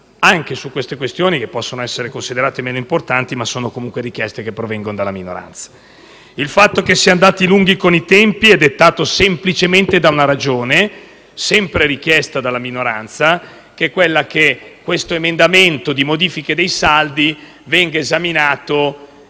anche su tali questioni, che possono essere considerate meno importanti, ma che sono pur sempre richieste che provengono dalla minoranza. Il fatto che si sia andati lunghi con i tempi è dettato semplicemente da una ragione, sempre richiesta dalla minoranza. Mi riferisco al fatto che questo emendamento di modifica dei saldi venga esaminato